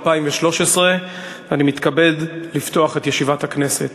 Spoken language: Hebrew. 2013. אני מתכבד לפתוח את ישיבת הכנסת.